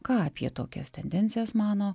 ką apie tokias tendencijas mano